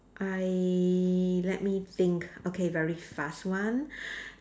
I let me think okay very fast one